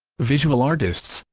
visual artists,